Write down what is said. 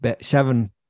seven